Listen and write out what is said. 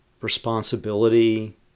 responsibility